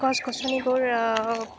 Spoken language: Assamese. গছ গছনিবোৰ